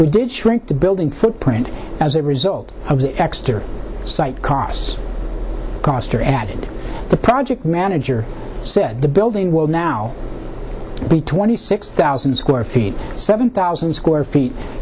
we did shrink the building footprint as a result of the extra site costs koester added the project manager said the building will now be twenty six thousand square feet seven thousand square feet